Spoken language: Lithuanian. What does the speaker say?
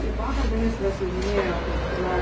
ir vakar ministras jau minėjo kad na